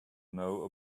know